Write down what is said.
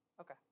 Okay